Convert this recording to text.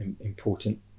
important